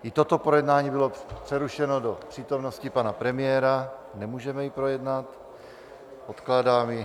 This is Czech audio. I toto projednávání bylo přerušeno do přítomnosti pana premiéra, nemůžeme ji projednat, odkládám ji.